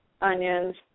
onions